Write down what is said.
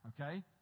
okay